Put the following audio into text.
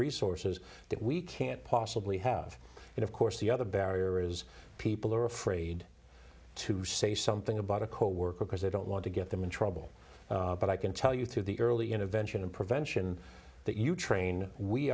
resources that we can't possibly have and of course the other barrier is people who are afraid to say something about a coworker because they don't want to get them in trouble but i can tell you through the early intervention and prevention that you train we